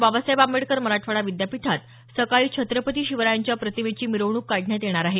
बाबासाहेब आंबेडकर मराठवाडा विद्यापीठात सकाळी छत्रपती शिवरायांच्या प्रतिमेची मिरवणूक काढण्यात येणार आहे